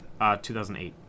2008